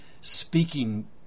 speaking